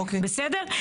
בסדר?